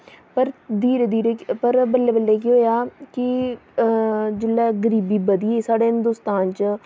पर दीरे दीरे पर बल्लै बल्लै केह् होआ कि जिसलै गरीबी बधी साढ़े हिंदोस्तान च